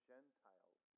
Gentiles